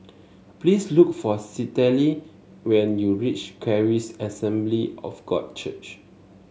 please look for Citlali when you reach Charis Assembly of God Church